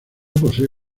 posee